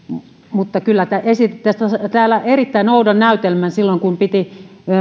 mutta kyllä te esititte täällä erittäin oudon näytelmän silloin kun piti